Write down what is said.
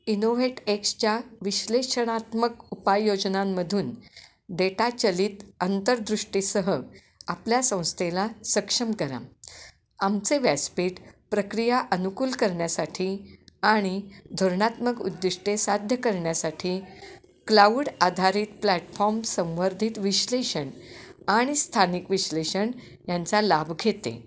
innovate एक्सच्या विश्लेषणात्मक उपाययोजनांमधून डेटा चलित आंतरदृष्टीसह आपल्या संस्थेला सक्षम करा आमचे व्यासपीठ प्रक्रिया अनुकूल करण्यासाठी आणि धोरणात्मक उद्दिष्टे साध्य करण्यासाठी क्लाऊड आधारित प्लॅटफॉर्म संवर्धित विश्लेषण आणि स्थानिक विश्लेषण यांचा लाभ घेते